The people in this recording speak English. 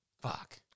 fuck